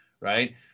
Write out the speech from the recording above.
right